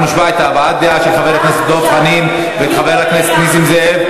אנחנו נשמע את הבעת הדעה של חבר הכנסת דב חנין ושל חבר הכנסת נסים זאב,